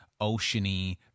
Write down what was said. oceany